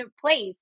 place